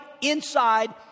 inside